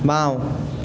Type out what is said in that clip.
বাওঁ